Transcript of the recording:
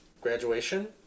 graduation